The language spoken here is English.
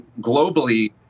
globally